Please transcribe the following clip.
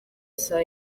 saa